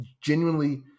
genuinely